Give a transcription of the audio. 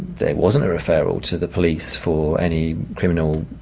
there wasn't a referral to the police for any criminal